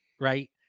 Right